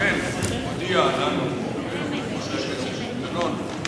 אכן הודיע לנו חבר הכנסת דנון,